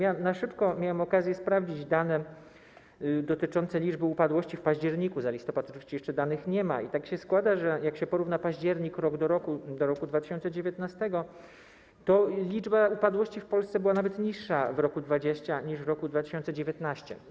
Ja na szybko miałem okazję sprawdzić dane dotyczące liczby upadłości w październiku, za listopad oczywiście jeszcze danych nie ma, i tak się składa, że jak się porówna październik rok do roku, do roku 2019, to liczba upadłości w Polsce była nawet niższa w roku 2020 niż w roku 2019.